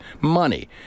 money